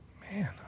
Man